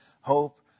hope